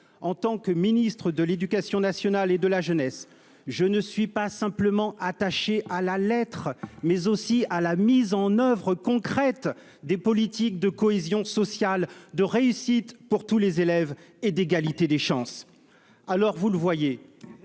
En tant que ministre de l'éducation nationale et de la jeunesse, je ne suis pas simplement attaché à la lettre, mais aussi à la mise en oeuvre concrète des politiques de cohésion sociale, de réussite pour tous les élèves et d'égalité des chances. Des actes ! Monsieur